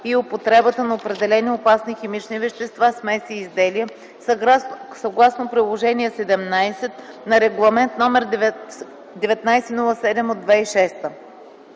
и употребата на определени опасни химични вещества, смеси и изделия, съгласно Приложение ХVІІ на Регламент № 1907/2006.